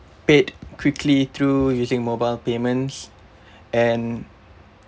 paid quickly through using mobile payments and